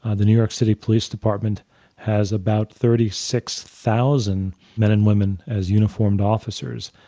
ah the new york city police department has about thirty six thousand men and women as uniformed officers.